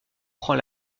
prend